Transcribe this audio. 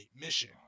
mission